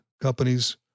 companies